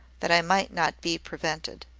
that i might not be prevented.